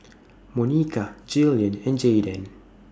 Monica Jillian and Jaydan